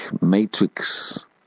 matrix